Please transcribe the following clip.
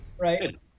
right